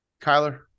Kyler